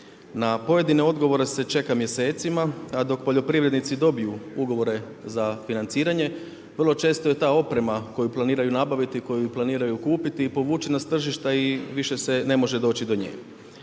Na pojedine odgovore se čeka mjesecima, a dok poljoprivrednici dobiju ugovore za financiranje vrlo često je ta oprema koju planiraju nabaviti, koju planiraju kupiti povučena s tržišta i više se ne može doći do nje.